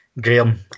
Graham